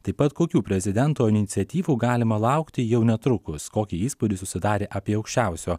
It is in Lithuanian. taip pat kokių prezidento iniciatyvų galima laukti jau netrukus kokį įspūdį susidarė apie aukščiausio